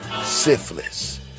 syphilis